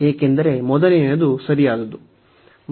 ಏಕೆಂದರೆ ಮೊದಲನೆಯದು ಸರಿಯಾದದು